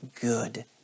good